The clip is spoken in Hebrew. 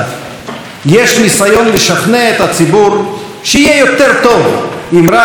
יש ניסיון לשכנע את הציבור שיהיה יותר טוב אם רק ה"הוא",